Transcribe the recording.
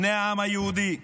בני העם היהודי,